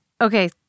Okay